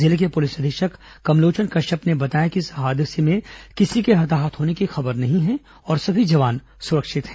जिले के पुलिस अधीक्षक कमलोचन कश्यप ने बताया कि इस हादसे में किसी के हताहत होने की खबर नहीं है और सभी जवान सुरक्षित हैं